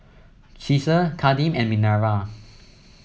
Caesar Kadeem and Minerva